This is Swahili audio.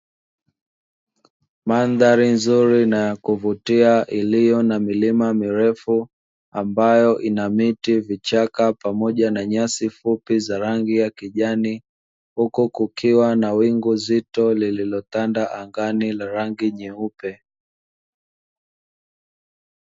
Mandhari nzuri na ya kuvutia iliyo na milima mirefu, ambayo ina miti, vichaka pamoja na nyasi fupi za rangi ya kijani, huku kukiwa na wingu zito lililotanda angani la rangi nyeupe.